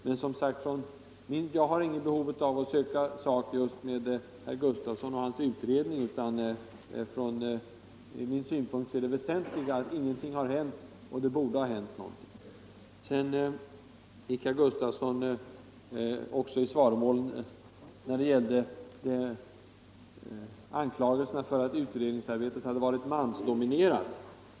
Men som sagt: Jag har inget behov av att söka sak just med herr Gustavsson i Eskilstuna och hans utredning, utan från min synpunkt är det väsentliga att ingenting har skett, trots att det borde ha hänt någonting. Herr Gustavsson gick också i svaromål när det gällde anklagelserna för att utredningsarbetet hade varit mansdominerat.